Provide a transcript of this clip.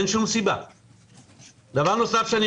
בנוסף,